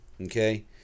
okay